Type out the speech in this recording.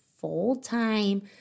full-time